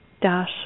dash